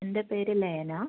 എൻ്റെ പേര് ലെയന